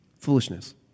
foolishness